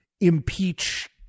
impeach